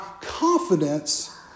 confidence